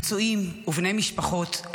פצועים ובני משפחות,